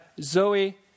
Zoe